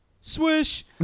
Swish